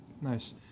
nice